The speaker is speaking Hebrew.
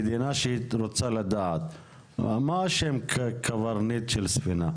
שמדינה ריבונית רוצה לדעת מי נכנס ויוצא בשעריה.